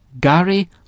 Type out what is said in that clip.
Gary